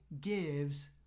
gives